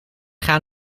gaan